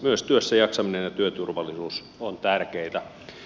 myös työssäjaksaminen ja työturvallisuus ovat tärkeitä